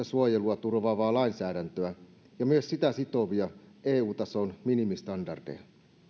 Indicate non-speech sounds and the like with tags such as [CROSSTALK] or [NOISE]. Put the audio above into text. [UNINTELLIGIBLE] suojelun turvaavaa lainsäädäntöä ja myös sitä koskevia sitovia eu tason minimistandardeja